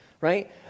right